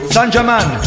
Sanjaman